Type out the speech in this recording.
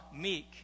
meek